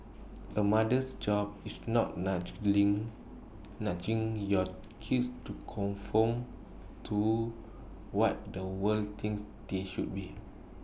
A mother's job is not nudging your kids to conform to what the world thinks they should be